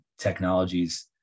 technologies